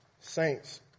Saints